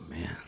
man